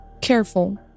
careful